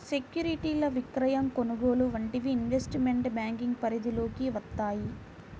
సెక్యూరిటీల విక్రయం, కొనుగోలు వంటివి ఇన్వెస్ట్మెంట్ బ్యేంకింగ్ పరిధిలోకి వత్తయ్యి